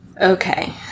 Okay